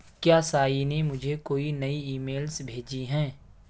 کیا سائی نے مجھے کوئی نئی ای میلس بھیجی ہیں